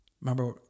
remember